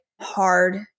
hard